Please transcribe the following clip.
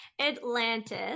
Atlantis